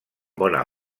bona